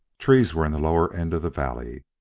trees were in the lower end of the valley.